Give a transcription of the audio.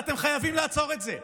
ואתם חייבים לעצור את זה.